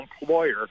employer